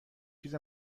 چیز